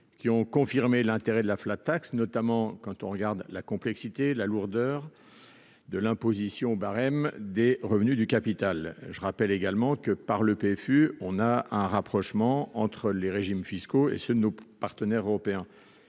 qui ont confirmé l'intérêt de la flat tax, notamment quand on regarde la complexité, la lourdeur de l'imposition au barème des revenus du capital, je rappelle également que par le EPF fut, on a un rapprochement entre les régimes fiscaux et ceux de nos partenaires européens